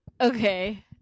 Okay